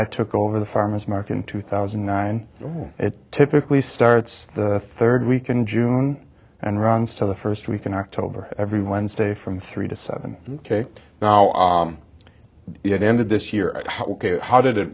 i took over the farmer's market in two thousand and nine it typically starts the third week in june and runs to the first week in october every wednesday from three to seven now it ended this year ok how did it